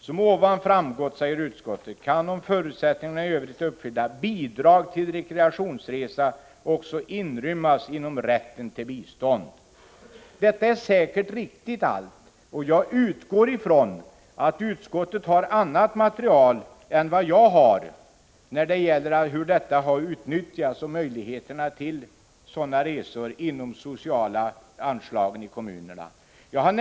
Som ovan framgått kan — om förutsättningarna i övrigt är uppfyllda — bidrag till rekreationsresa också inrymmas inom rätten till bistånd.” Allt detta är säkert riktigt, och jag utgår ifrån att utskottet har annat material än jag när det gäller möjligheterna inom kommunernas sociala anslagsramar till sådana här resor.